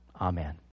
Amen